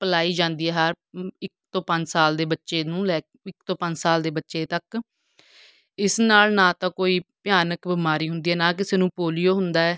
ਪਿਲਾਈ ਜਾਂਦੀ ਹੈ ਹਰ ਇੱਕ ਤੋਂ ਪੰਜ ਸਾਲ ਦੇ ਬੱਚੇ ਨੂੰ ਲੈ ਇੱਕ ਤੋਂ ਪੰਜ ਸਾਲ ਦੇ ਬੱਚੇ ਤੱਕ ਇਸ ਨਾਲ ਨਾ ਤਾਂ ਕੋਈ ਭਿਆਨਕ ਬਿਮਾਰੀ ਹੁੰਦੀ ਹੈ ਨਾ ਕਿਸੇ ਨੂੰ ਪੋਲੀਓ ਹੁੰਦਾ